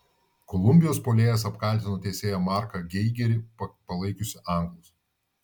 kolumbijos puolėjas apkaltino teisėją marką geigerį palaikiusį anglus